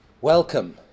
welcome